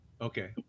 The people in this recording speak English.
Okay